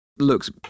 looks